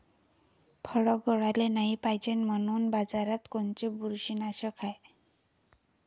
फळं गळाले नाही पायजे म्हनून बाजारात कोनचं बुरशीनाशक हाय?